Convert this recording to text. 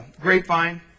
grapevine